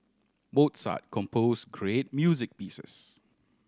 Mozart compose great music pieces